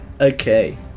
Okay